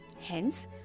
Hence